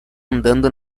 andando